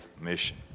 mission